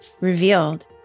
revealed